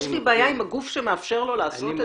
יש לי בעיה עם הגוף שמאפשר לו לעשות את זה.